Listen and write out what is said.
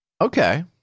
Okay